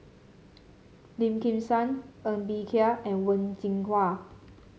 Lim Kim San Ng Bee Kia and Wen Jinhua